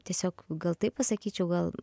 tiesiog gal taip pasakyčiau gal